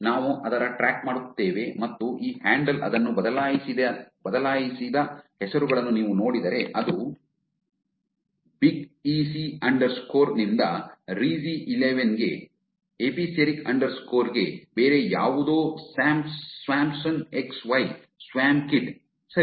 ನಾವು ಅದರ ಟ್ರ್ಯಾಕ್ ಮಾಡುತ್ತೇವೆ ಮತ್ತು ಈ ಹ್ಯಾಂಡಲ್ ಅದನ್ನು ಬದಲಾಯಿಸಿದ ಹೆಸರುಗಳನ್ನು ನೀವು ನೋಡಿದರೆ ಅದು bigeasye ಅಂಡರ್ಸ್ಕೋರ್ ನಿಂದ reezy11 ಗೆ ಎಪಿಸೆರಿಕ್ ಅಂಡರ್ಸ್ಕೋರ್ ಗೆ ಬೇರೆ ಯಾವುದೋ Swampson X Y swam kid ಸರಿ